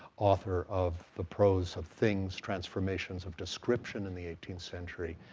author of the prose of things transformations of description in the eighteenth century,